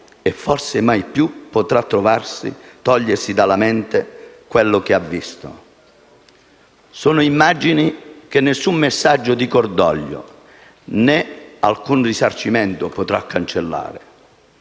e forse mai più potrà togliersi dalla mente quello che ha visto. Sono immagini che nessun messaggio di cordoglio né alcun risarcimento potrà mai cancellare.